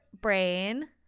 brain